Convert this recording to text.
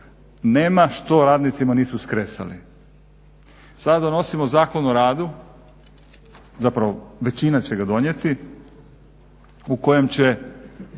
nema što radnicima nisu skresali. Sada donosimo Zakon o radu, zapravo većina će ga donijeti u kojem će